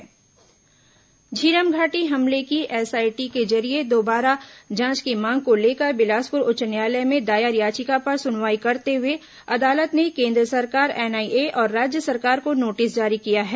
झीरम घाटी सुनवाई झीरम घाटी हमले की एसआईटी के जरिये दोबारा जांच की मांग को लेकर बिलासपुर उच्च न्यायालय में दायर याचिका पर सुनवाई करते हुए अदालत ने केन्द्र सरकार एनआईए और राज्य सरकार को नोटिस जारी किया है